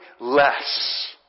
less